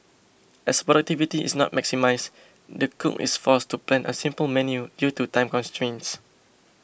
as productivity is not maximised the cook is forced to plan a simple menu due to time constraints